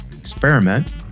experiment